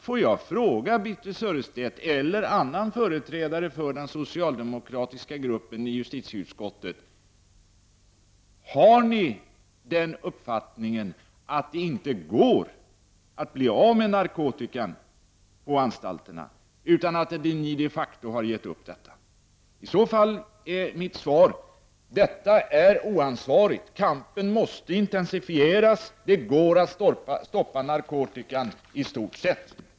Får jag fråga Birthe Sörestedt eller annan företrädare för den socialdemokratiska gruppen i justitieutskottet: Har ni den uppfattningen att det inte går att bli av med narkotikan på anstalterna, har ni de facto gett upp detta? I så fall är mitt svar: Detta är oansvarigt. Kampen måste intensifieras. Det går att stoppa narkotikan i stort sett.